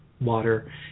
water